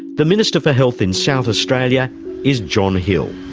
the minister for health in south australia is john hill.